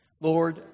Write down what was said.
Lord